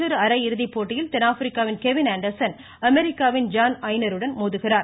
மற்றொரு அரையிறுதி போட்டியில் தென்னாப்பிரிக்காவின் கெவின் ஆன்டர்சன் அமெரிக்காவின் ஜான் ஐனருடன் மோதுகிறார்